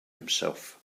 himself